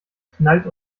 knallt